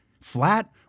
flat